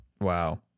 Wow